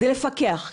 כדי לפקח,